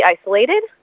isolated